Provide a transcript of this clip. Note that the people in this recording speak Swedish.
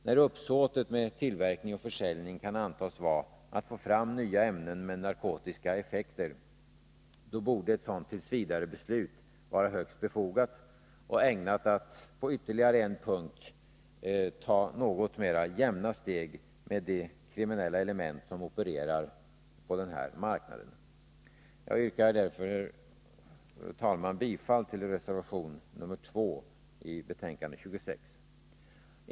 När uppsåtet med tillverkning och försäljning kan antas vara att få fram nya ämnen med narkotiska effekter, borde ett sådant tillsvidarebeslut vara högst befogat och ägnat att på ytterligare en punkt ta något mer jämna steg med de kriminella element som opererar på denna marknad. Jag yrkar därför, herr talman, bifall till reservation nr 21 betänkande nr 26.